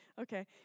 okay